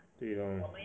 对 loh